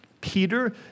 Peter